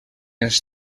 ens